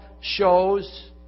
shows